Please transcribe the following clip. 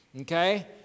okay